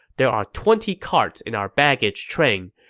there are twenty carts in our baggage train.